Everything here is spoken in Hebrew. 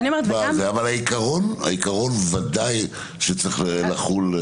העיקרון ודאי שצריך לחול.